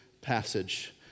passage